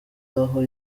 aho